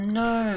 no